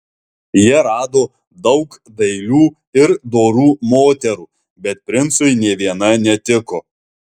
jie rado daug dailių ir dorų moterų bet princui nė viena netiko